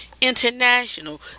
International